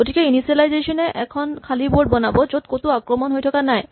গতিকে ইনিচিয়েলাইজেন এ এখন খালী বৰ্ড বনাব য'ত ক'তো আক্ৰমণ হৈ থকা নাই